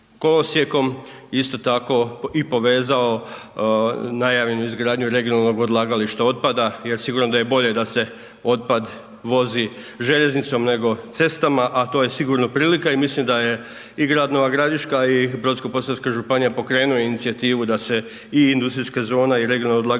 kolosijekom, isto tako i povezao najavljenu izgradnju regionalnog odlagališta otpada jer sigurno da je bolje da se otpad vozi željeznicom nego cestama, a to je sigurno prilika. I mislim da je i grad Nova Gradiška i Brodsko-posavska županija pokrenuo inicijativu da se i industrijska zona i regionalno odlagalište